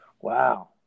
Wow